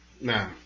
Now